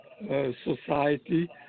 society